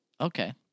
Okay